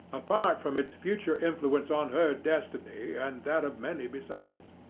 apart from its future influence on her destiny and that of many besides.